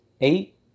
eight